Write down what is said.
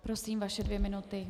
Prosím, vaše dvě minuty.